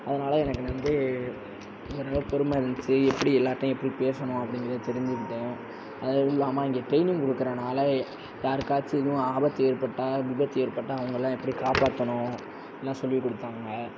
அதனால எனக்கு வந்து ஒரு அளவு பொறுமை இருந்துச்சு எப்படி எல்லோர்டையும் எப்படி பேசணும் அப்படிங்கறதை தெரிஞ்சுக்கிட்டேன் அதுவும் இல்லாமல் இங்கே ட்ரெயினிங் குடுக்குறனால யாருக்காச்சும் எதுவும் ஆபத்து ஏற்பட்டால் விபத்து ஏற்பட்ட அவங்களெலான் எப்படி காப்பாற்றணும் எல்லாம் சொல்லிக் கொடுத்தாங்க